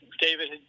David